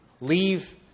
leave